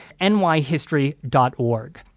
nyhistory.org